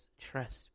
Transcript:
trust